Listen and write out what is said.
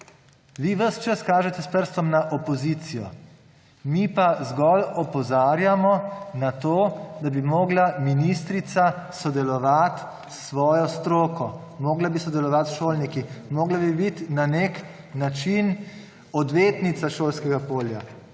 Vi ves čas kažete s prstom na opozicijo, mi pa zgolj opozarjamo na to, da bi morala ministrica sodelovati s svojo stroko. Morala bi sodelovati s šolniki, morala bi biti na nek način odvetnica šolskega polja;